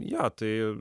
jo tai